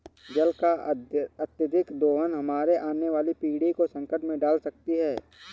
जल का अत्यधिक दोहन हमारे आने वाली पीढ़ी को संकट में डाल सकती है